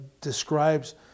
describes